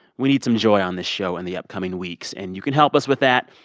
we need some joy on this show in the upcoming weeks. and you can help us with that.